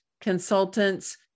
consultants